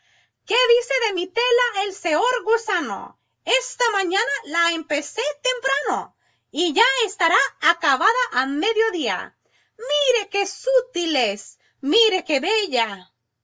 qué dice de mi tela el seor gusano esta mañana la empecé temprano y ya estará acabada a mediodía mire qué sutil es mire qué bella